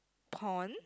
pond